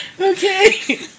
Okay